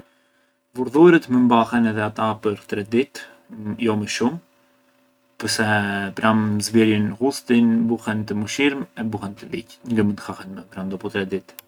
Vurdhurët mënd mbahen edhe ato për tri ditë, jo më shumë, pse pranë zbierjën ghustin, buhen të mushirmë e buhen të ligjë e ngë mënd hahen më dopu tri ditë.